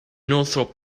northrop